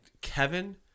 Kevin